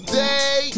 day